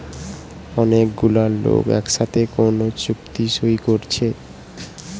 অনেক গুলা লোক একসাথে কোন চুক্তি সই কোরছে